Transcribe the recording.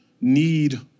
need